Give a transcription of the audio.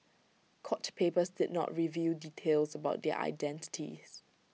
court papers did not reveal details about their identities